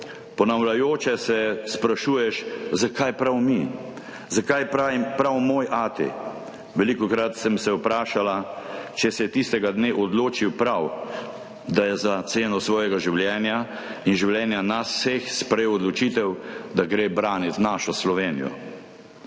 Ponavljajoče se sprašuješ, zakaj prav mi, zakaj prav moj ati. Velikokrat sem se vprašala, če se je tistega dne odločil prav, da je za ceno svojega življenja in življenja nas vseh sprejel odločitev, da gre branit našo Slovenijo.